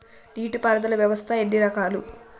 నీటి పారుదల వ్యవస్థ ఎన్ని రకాలు?